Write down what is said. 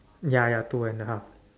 ya ya two and a half